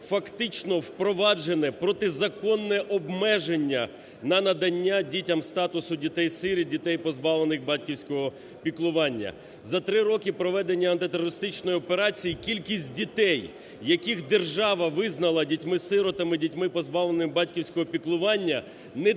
фактично впроваджено протизаконне обмеження на надання дітям статусу дітей-сиріт, дітей, позбавлених батьківського піклування. За три роки проведення антитерористичної операції кількість дітей, яких держава визнала дітьми-сиротами, дітьми, позбавленими батьківського піклування, не дивлячись